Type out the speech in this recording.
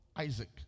isaac